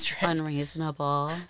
unreasonable